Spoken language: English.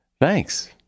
Thanks